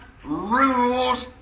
Rules